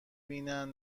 بینن